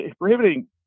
prohibiting